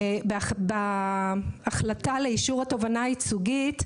בהחלטה לאישור התובענה הייצוגית,